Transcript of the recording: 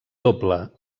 doble